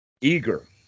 Eager